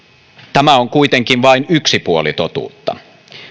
tämä on kuitenkin vain yksi puoli totuutta